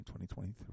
2023